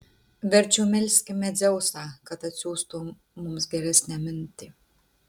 verčiau melskime dzeusą kad atsiųstų mums geresnę mintį